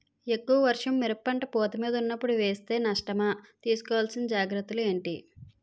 ఎక్కువ వర్షం మిరప పంట పూత మీద వున్నపుడు వేస్తే నష్టమా? తీస్కో వలసిన జాగ్రత్తలు ఏంటి?